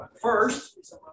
First